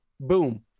boom